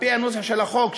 על-פי הנוסח של החוק,